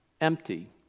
empty